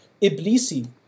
Iblisi